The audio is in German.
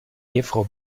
ehefrau